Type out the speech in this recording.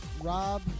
Rob